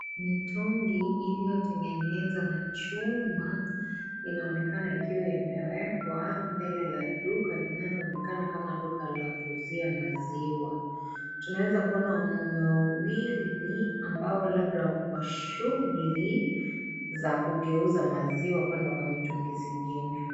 Mitungi iliyotengenezwa na chuma inaonekana ikiwa imewekwa mbele ya duka linaloonekana kama duka la kuuzia maziwa. Tunaeza kuona mwanaume wawili ambao labda wako kwa shughuli za kugeuza maziwa kwenda kwa mitungi zingine.